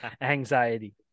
anxiety